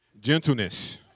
gentleness